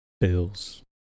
Bills